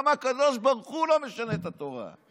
שגם הקדוש ברוך הוא לא משנה את התורה.